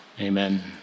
Amen